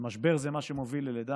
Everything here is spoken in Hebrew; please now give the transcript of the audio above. ומשבר זה מה שמוביל ללידה.